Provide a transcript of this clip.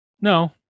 no